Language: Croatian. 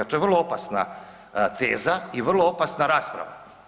To je vrlo opasna teza i vrlo opasna rasprava.